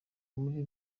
muri